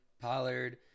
Pollard